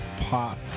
pop